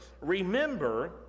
Remember